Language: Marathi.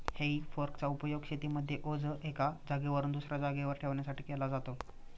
हे फोर्क चा उपयोग शेतीमध्ये ओझ एका जागेवरून दुसऱ्या जागेवर ठेवण्यासाठी केला जातो